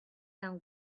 than